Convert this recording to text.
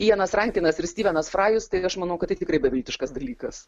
janas rankenas ir styvenas frajus tai aš manau kad tai tikrai beviltiškas dalykas